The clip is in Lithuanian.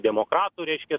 demokratų reiškias